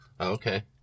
okay